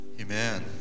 Amen